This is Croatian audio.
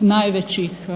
najvećih